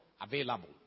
available